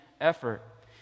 effort